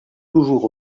toujours